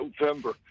November